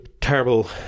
terrible